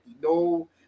No